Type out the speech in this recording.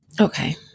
Okay